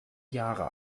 jahre